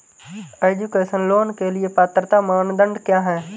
Education loan के लिए पात्रता मानदंड क्या है?